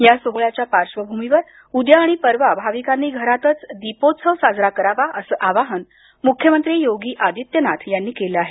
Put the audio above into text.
या सोहळ्याच्या पार्श्वभूमीवर उद्या आणि परवा भाविकांनी घरातच दीपोत्सव साजरा करावा असं आवाहन मुख्यमंत्री योगी आदित्यनाथ यांनी केलं आहे